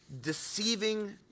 Deceiving